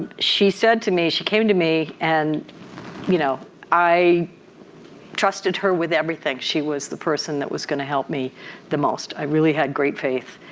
she said to me. she came to me and you know i trusted her with everything. she was the person that was going to help me the most. i really had great faith.